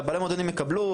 ובעלי המועדונים יקבלו,